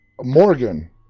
morgan